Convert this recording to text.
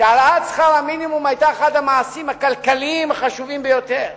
שהעלאת שכר המינימום היתה אחד המעשים הכלכליים החשובים ביותר,